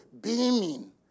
beaming